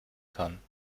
kann